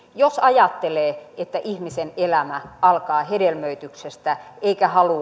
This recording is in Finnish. jos ajattelee että ihmisen elämä alkaa hedelmöityksestä eikä halua